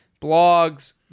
blogs